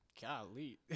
Golly